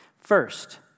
First